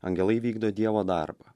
angelai vykdo dievo darbą